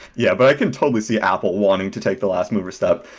yeah, but i can totally see apple wanting to take the last move or step.